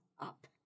up